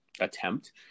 attempt